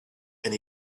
and